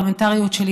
הפרלמנטריות שלי,